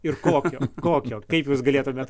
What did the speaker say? ir kokio kokio kaip jūs galėtumėt